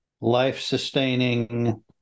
life-sustaining